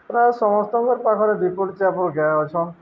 ପ୍ରାୟ ସମସ୍ତଙ୍କର୍ ପାଖେ ଦୁଇ ପଟ୍ ଚାର୍ ପଟ୍ ଗାଏ ଅଛନ୍